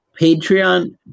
patreon